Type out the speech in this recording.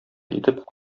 итеп